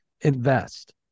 invest